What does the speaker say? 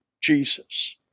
Jesus